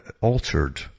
altered